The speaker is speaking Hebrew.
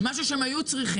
זה משהו שהם היו צריכים.